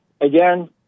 again